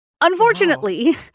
Unfortunately